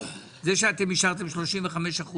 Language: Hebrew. זה שאתם אישרתם 35%,